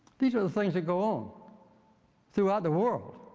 these are the things that go on throughout the world,